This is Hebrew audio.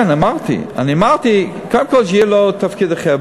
כן, אמרתי, קודם כול שיהיה לו תפקיד אחר.